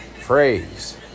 phrase